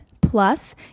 Plus